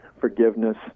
forgiveness